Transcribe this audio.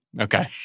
okay